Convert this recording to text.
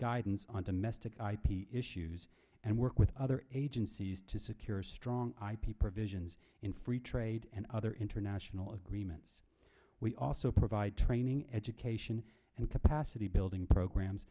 guidance on domestic ip issues and work with other agencies to secure strong ip provisions in free trade and other international agreements we also provide training education and capacity building programs